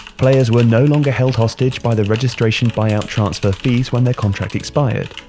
players were no longer held hostage by the registration buy-out transfer fees when their contract expired.